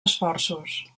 esforços